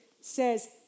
says